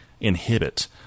inhibit